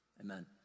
Amen